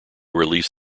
released